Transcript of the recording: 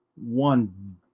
one